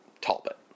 Talbot